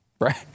Right